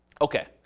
Okay